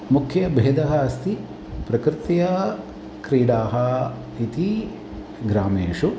मुख्यः भेदः अस्ति प्रकृत्या क्रीडाः इति ग्रामेषु